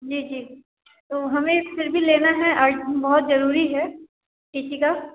जी जी तो हमें फिर भी लेना है बहुत जरूरी है टी सी का